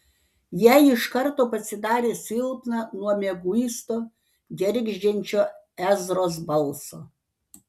jai iš karto pasidarė silpna nuo mieguisto gergždžiančio ezros balso